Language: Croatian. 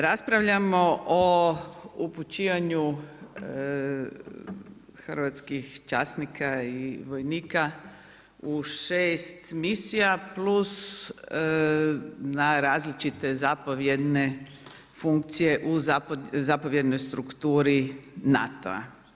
Raspravljamo o upućivanju hrvatskih časnika i vojnika u 6 misija plus na različite zapovjedne funkcije, u zapovjednoj strukturi NATO-a.